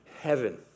heaven